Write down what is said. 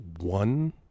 one